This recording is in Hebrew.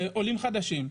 עולים חדשים,